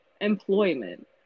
employment